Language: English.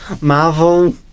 Marvel